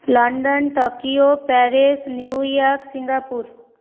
London Tokyo Paris New York City Singapore